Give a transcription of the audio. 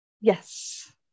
yes